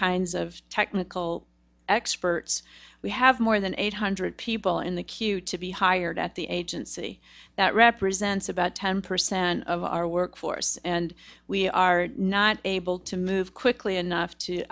kinds of technical experts we have more than eight hundred people in the queue to be hired at the agency that represents about ten percent of our workforce and we are not able to move quickly enough to